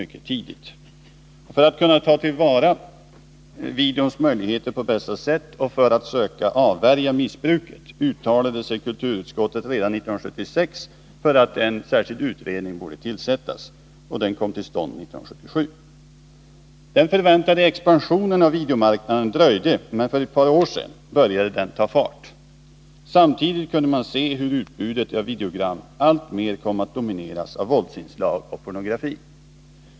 För att på bästa sätt kunna ta till vara videons möjligheter och för att söka avvärja missbruket uttalade sig kulturutskottet redan 1976 för att en särskild utredning borde tillsättas. Denna kom till stånd 1977. Den förväntade expansionen av videomarknaden dröjde, men för ett par år sedan började den ta fart. Samtidigt kunde man se hur utbudet av videogram allt mer kom att domineras av våldsinslag och pornografi.